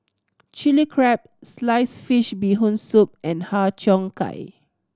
Chili Crab sliced fish Bee Hoon Soup and Har Cheong Gai